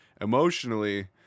emotionally